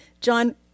John